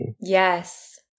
yes